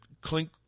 clink